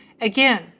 Again